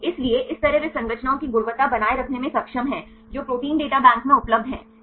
इसलिए इस तरह वे संरचनाओं की गुणवत्ता बनाए रखने में सक्षम हैं जो प्रोटीन डेटा बैंक में उपलब्ध हैं